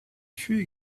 fut